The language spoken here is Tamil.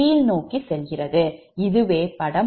எனவே இதுவே படம் 3ல் வழங்கப்படுகிறது